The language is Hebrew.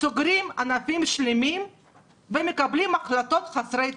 סוגרים ענפים שלמים ומקבלים החלטות חסרות טעם.